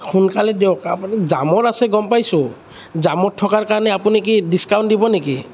সোনকালে দিয়ক আপুনি জামত আছে গম পাইছোঁ জামত থকাৰ কাৰণে আপুনি কি ডিচকাউণ্ট দিব নেকি